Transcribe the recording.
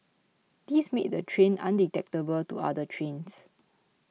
this made the train undetectable to other trains